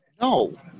no